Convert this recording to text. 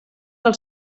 del